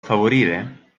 favorire